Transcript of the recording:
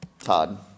Todd